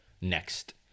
next